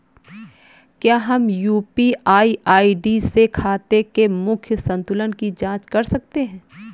क्या हम UPI ID से खाते के मूख्य संतुलन की जाँच कर सकते हैं?